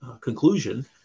conclusion